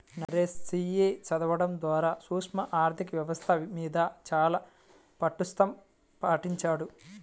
Naresh CA చదవడం ద్వారా సూక్ష్మ ఆర్ధిక వ్యవస్థ మీద చాలా పట్టుసంపాదించాడు